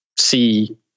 see